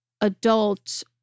adult